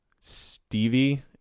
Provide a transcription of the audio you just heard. Stevie